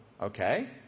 Okay